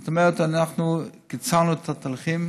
זאת אומרת, אנחנו קיצרנו את התהליכים,